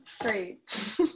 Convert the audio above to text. great